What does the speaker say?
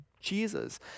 Jesus